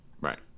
Right